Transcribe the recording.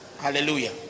Hallelujah